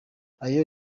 ayo